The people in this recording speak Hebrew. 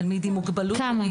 כמה הוא?